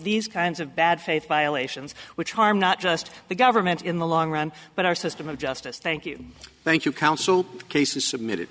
these kinds of bad faith violations which harm not just the government in the long run but our system of justice thank you thank you council cases submitted